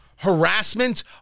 harassment